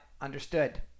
understood